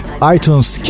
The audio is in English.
iTunes